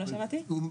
נכון.